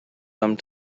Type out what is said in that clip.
some